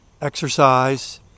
exercise